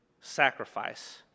sacrifice